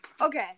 Okay